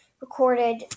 recorded